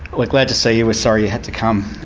like glad to see you we're sorry you had to come.